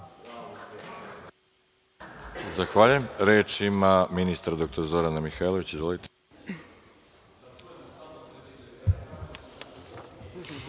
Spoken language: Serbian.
Zahvaljujem. Reč ima ministar dr Zorana Mihajlović.